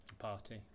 party